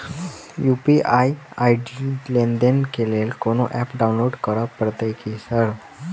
UPI ID लेनदेन केँ लेल कोनो ऐप डाउनलोड करऽ पड़तय की सर?